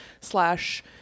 slash